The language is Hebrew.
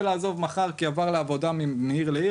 לעזוב מחר כי הוא עבר לעבודה בעיר אחרת,